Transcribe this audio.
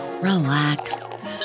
relax